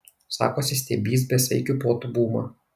sakosi stebįs besaikių puotų bumą